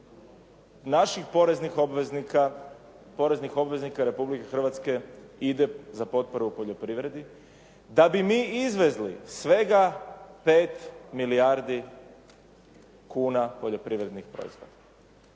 poreznih obveznika Republike Hrvatske ide za potporu poljoprivredi da bi mi izvezli svega 5 milijardi kuna poljoprivrednih proizvoda.